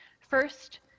First